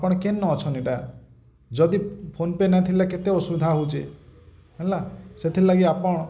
କଣ କେନ୍ ଅଛନ୍ତି ଏଟା ଯଦି ଫୋନ୍ ପେ ନାଇଁଥିଲା କେତେ ଅସୁବିଧା ହେଉଛେ ହେଲା ସେଥିଲାଗି ଆପଣ